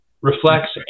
reflects